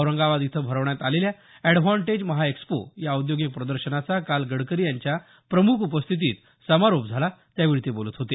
औरंगाबाद इथं भरवण्यात आलेल्या अँडव्हान्टेज महाएक्स्पो या औद्योगिक प्रदर्शनाचा काल गडकरी यांच्या प्रमुख उपस्थितीत समारोप झाला त्यावेळी ते बोलत होते